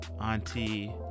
auntie